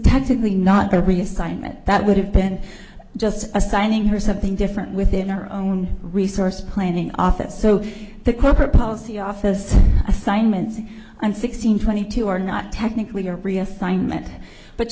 technically not a reassignment that would have been just assigning her something different within our own resource planning office so the corporate policy office assignments and sixteen twenty two are not technically or reassignment but